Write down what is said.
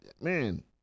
man